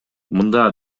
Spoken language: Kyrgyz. мында